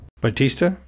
Batista